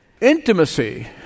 Intimacy